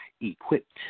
equipped